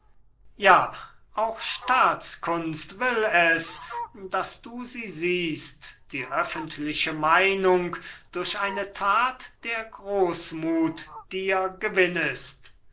ja auch staatskunst will es daß du sie siehst die öffentliche meinung durch eine tat der großmut dir gewinnest